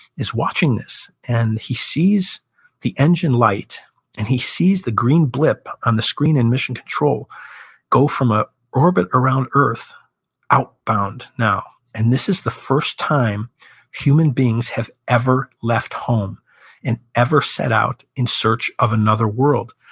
is watching this and he sees the engine light and he sees the green blip on the screen in mission control go from an ah orbit around earth outbound now and this is the first time human beings have ever left home and ever set out in search of another world.